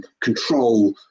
control